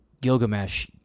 Gilgamesh